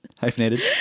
Hyphenated